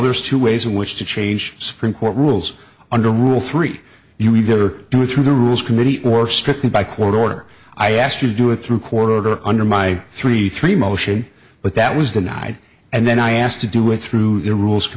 there's two ways in which to change supreme court rules under rule three you either do it through the rules committee or strictly by court order i asked you to do it through court order under my three three motion but that was denied and then i asked to do with through the rules